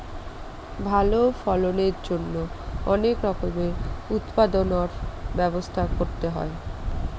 ভালো ফলনের জন্যে অনেক রকমের উৎপাদনর ব্যবস্থা করতে হয়